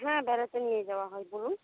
হ্যাঁ বেড়াতে নিয়ে যাওয়া হয় বলুন